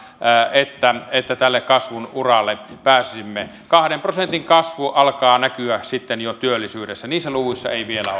niin että tälle kasvun uralle pääsisimme kahden prosentin kasvu alkaa näkyä sitten jo työllisyydessä niissä luvuissa ei vielä